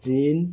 চিন